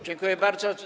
Dziękuję bardzo.